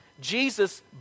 Jesus